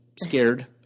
scared